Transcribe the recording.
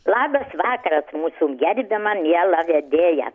labas vakaras mūsų gerbiama miela vedėja